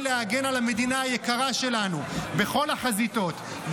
להגן על המדינה היקרה שלנו בכל החזיתות,